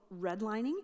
Redlining